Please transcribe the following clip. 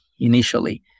initially